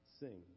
sing